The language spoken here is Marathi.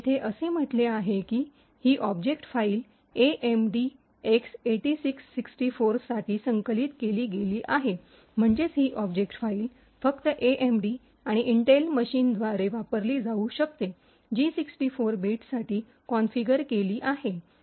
येथे असे म्हटले आहे की ही ऑब्जेक्ट फाईल एएमडी एक्स ८६ ६४ साठी संकलित केली गेली आहे म्हणजेच ही ऑब्जेक्ट फाईल फक्त एएमडी आणि इंटेल मशीनद्वारे वापरली जाऊ शकते जी ६४ बिटसाठी कॉन्फिगर केली आहे